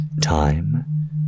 time